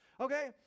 Okay